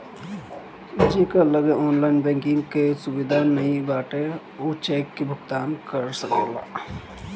जेकरी लगे online banking कअ सुविधा नाइ बाटे उ चेक से भुगतान कअ सकेला